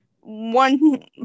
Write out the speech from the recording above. one